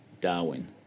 Darwin